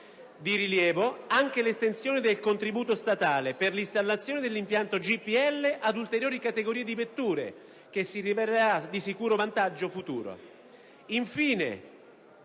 Di rilievo anche l'estensione del contributo statale per l'installazione dell'impianto GPL ad ulteriori categorie di vetture, che si rivelerà di sicuro vantaggio.